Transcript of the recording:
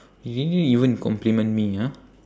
you didn't even compliment me ah